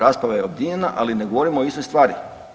Rasprava je objedinjena, ali ne govorimo o istoj stvari.